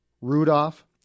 Rudolph